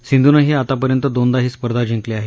सिंधुनही आतापर्यंत दोनदा ही स्पर्धा जिंकली आहे